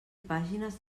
pàgines